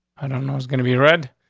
i don't know. it's gonna be read,